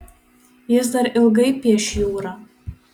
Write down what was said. jis dar ilgai pieš jūrą